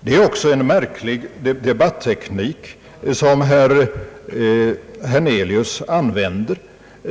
Det är också en märklig debattteknik som herr Hernelius använder.